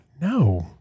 No